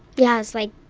yeah, it's like